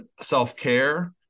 self-care